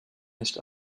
nicht